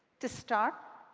to start,